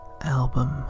album